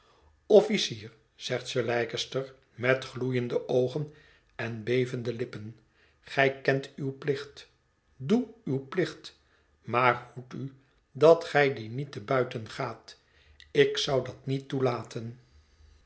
officier zegt sir leicester met gloeiende oogen en bevende lippen gij kent uw plicht doe uw plicht maar hoed u dat gij dien niet te buiten gaat ik zou dat niet toelaten